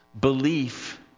Belief